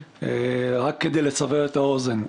רק כדי לסבר את האוזן,